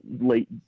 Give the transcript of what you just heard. late